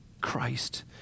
Christ